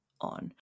on